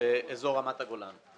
באזור רמת הגולן.